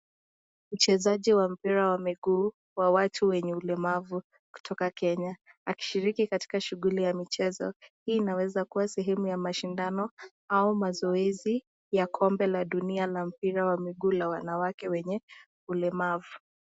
Mchezaji wa mpira wa mguu, wa watu wa ulemavu kutoka Kenya. Akishiriki katika shughuli ya michezo. Hii inaweza kuwa sehemu ya mashindano au mazoezi ya kombe la dunia na mpira wa miguu la wanawake wenye ulemavu.